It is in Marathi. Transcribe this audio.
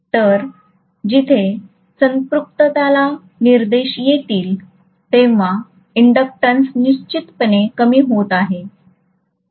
तर जिथे संपृक्तता ला निर्देश येतिल तेव्हा ईंडक्टंस निश्चितपणे कमी होत आहे